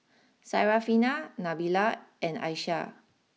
Syarafina Nabila and Aishah